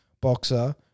boxer